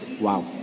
Wow